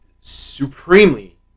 supremely